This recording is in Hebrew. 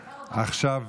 עכשיו,